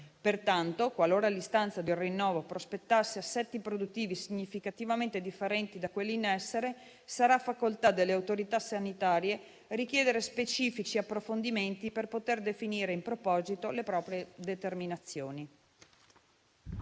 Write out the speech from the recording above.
Pertanto, qualora l'istanza del rinnovo prospettasse assetti produttivi significativamente differenti da quelli in essere, sarà facoltà delle autorità sanitarie richiedere specifici approfondimenti per poter definire in proposito le proprie determinazioni.